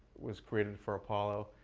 was created for apollo.